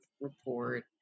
report